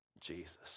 Jesus